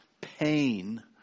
pain